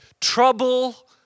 Trouble